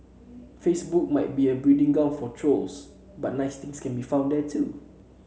Facebook might be a breeding ground for trolls but nice things can be found there too